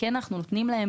אנחנו נותנים להם